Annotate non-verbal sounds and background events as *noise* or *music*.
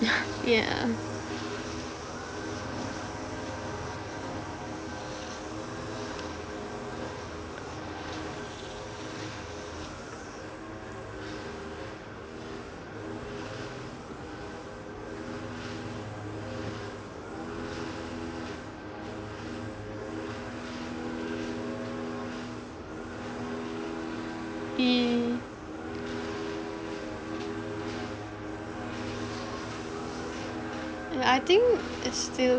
*laughs* yeah ye~ yeah I think it's still